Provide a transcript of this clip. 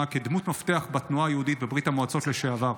כדמות מפתח בתנועה היהודית בברית המועצות לשעבר.